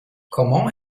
comment